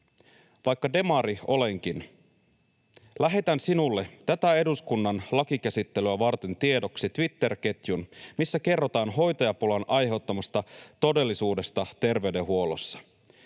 vaikka demari olenkin, lähetän sinulle tätä eduskunnan lakikäsittelyä varten tiedoksi Twitter-ketjun, missä kerrotaan hoitajapulan aiheuttamasta todellisuudesta terveydenhuollossa.